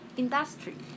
industry